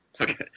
Okay